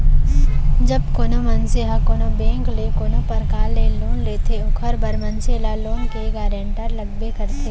जब कोनो मनसे ह कोनो बेंक ले कोनो परकार ले लोन लेथे ओखर बर मनसे ल लोन के गारेंटर लगबे करथे